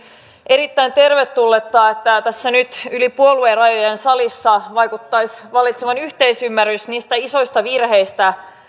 erittäin tervetullutta että tässä nyt yli puoluerajojen salissa vaikuttaisi vallitsevan yhteisymmärrys niistä isoista virheistä